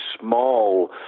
small